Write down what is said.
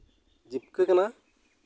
ᱡᱤᱵᱽᱠᱟᱹ ᱠᱟᱱᱟ